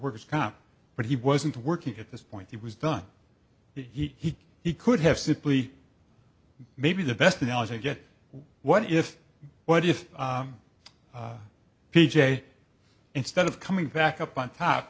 worker's comp but he wasn't working at this point he was done he he could have simply maybe the best analogy get what if what if p j instead of coming back up on top